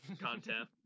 content